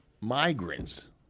migrants